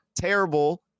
terrible